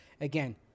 Again